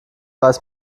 weiß